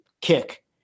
kick